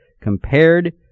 compared